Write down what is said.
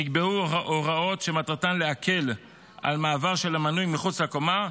נקבעו הוראות שמטרתן להקל מעבר של המנוי מחוץ לקומה,